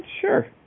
Sure